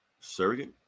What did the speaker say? surrogate